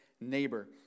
neighbor